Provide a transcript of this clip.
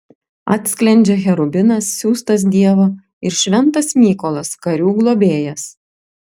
atsklendžia cherubinas siųstas dievo ir šventas mykolas karių globėjas